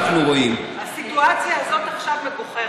הסיטואציה הזאת מגוחכת.